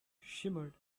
shimmered